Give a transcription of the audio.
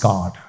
God